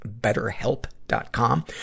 BetterHelp.com